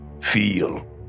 feel